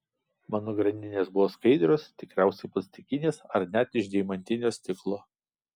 mano grandinės buvo skaidrios tikriausiai plastikinės ar net iš deimantinio stiklo